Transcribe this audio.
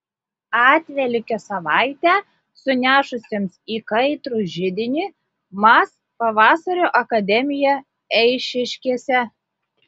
atvelykio savaitę sunešusiems į kaitrų židinį mas pavasario akademiją eišiškėse